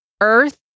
Earth